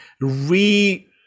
re